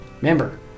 Remember